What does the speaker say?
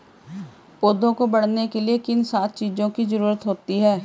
पौधों को बढ़ने के लिए किन सात चीजों की जरूरत होती है?